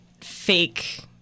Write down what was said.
fake